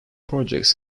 projects